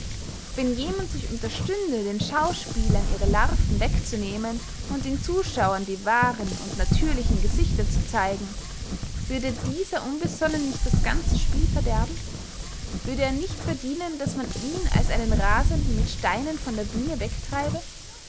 wenn jemand sich unterstünde den schauspielern ihre larven wegzunehmen und den zuschauern die wahren und natürlichen gesichter zu zeigen würde dieser unbesonnene nicht das ganze spiel verderben würde er nicht verdienen daß man ihn als einen rasenden mit steinen von der bühne wegtreibe